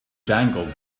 jangled